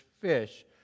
fish